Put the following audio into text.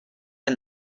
and